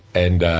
and,